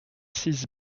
six